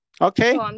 Okay